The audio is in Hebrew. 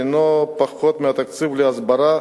שהיא: פחות תקציב להסברה,